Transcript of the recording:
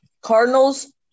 Cardinals